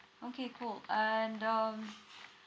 okay cool and um